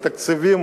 בתקציבים,